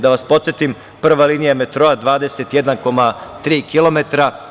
Da vas podsetim, prva linija metroa 21,3 kilometra.